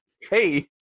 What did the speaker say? Hey